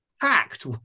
packed